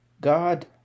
God